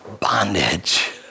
bondage